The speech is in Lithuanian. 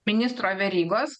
ministro verygos